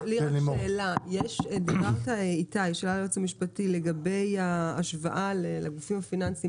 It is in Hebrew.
יש לי שאלה ליועץ המשפטי לגבי ההשוואה לגופים הפיננסיים: